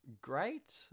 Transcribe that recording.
great